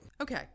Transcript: Okay